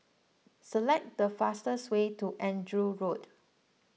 select the fastest way to Andrew Road